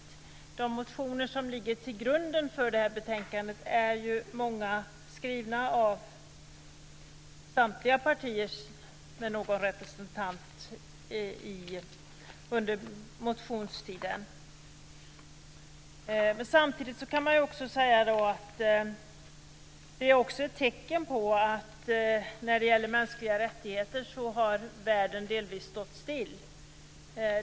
Många av de motioner som ligger till grund för betänkandet är skrivna av representanter för samtliga partier under motionstiden. Samtidigt kan man säga att detta är ett tecken på att när det gäller mänskliga rättigheter så har världen delvis stått still.